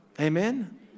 Amen